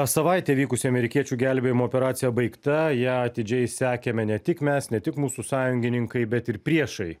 savaitę vykusi amerikiečių gelbėjimo operacija baigta ją atidžiai sekėme ne tik mes ne tik mūsų sąjungininkai bet ir priešai